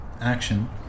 action